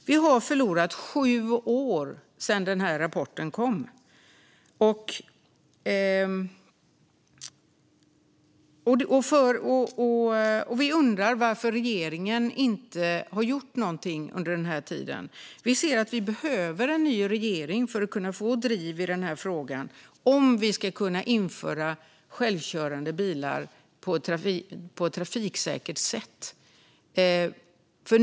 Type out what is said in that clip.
Vi har förlorat sju år sedan denna rapport kom. Liberalerna undrar varför regeringen inte har gjort någonting under den här tiden. Vi behöver en ny regering för att kunna få driv i den här frågan om vi ska kunna införa självkörande bilar på ett trafiksäkert sätt.